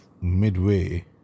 midway